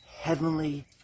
heavenly